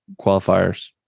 qualifiers